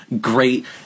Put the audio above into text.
great